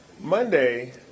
Monday